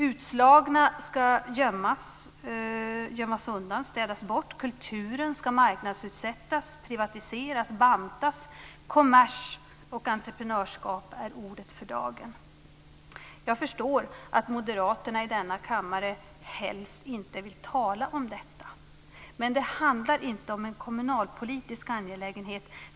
Utslagna ska gömmas undan och städas bort. Kulturen ska marknadsutsättas, privatiseras och bantas. Kommers och entreprenörskap är orden för dagen. Jag förstår att moderaterna i denna kammare helst inte vill tala om detta, men det handlar inte om en kommunalpolitisk angelägenhet.